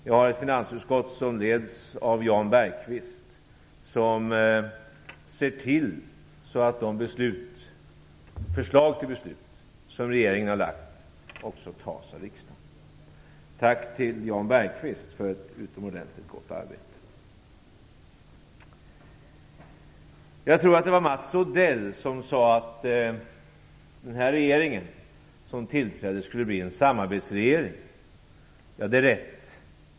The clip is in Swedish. Jag har ett finansutskott som leds av Jan Bergqvist och som ser till att de förslag till beslut som kommer från regeringen också antas av riksdagen. Tack till Jan Bergqvist för ett utomordentligt gott arbete. Jag tror att det var Mats Odell som sade att den regering som nu har tillträtt skulle bli en samarbetsregering. Ja, det är rätt.